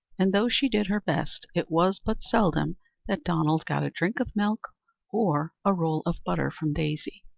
and, though she did her best, it was but seldom that donald got a drink of milk or a roll of butter from daisy.